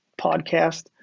podcast